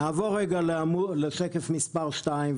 נעבור לשקף מספר 2,